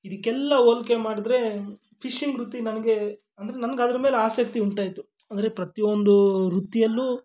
ಇದಕ್ಕೆಲ್ಲ ಹೋಲ್ಕೆ ಮಾಡಿದ್ರೆ ಫಿಶಿಂಗ್ ವೃತ್ತಿ ನನಗೆ ಅಂದ್ರೆ ನನ್ಗೆ ಅದ್ರ ಮೇಲೆ ಆಸಕ್ತಿ ಉಂಟಾಯಿತು ಅಂದರೆ ಪ್ರತಿಯೊಂದು ವೃತ್ತಿಯಲ್ಲೂ